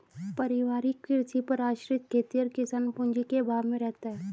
पारिवारिक कृषि पर आश्रित खेतिहर किसान पूँजी के अभाव में रहता है